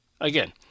Again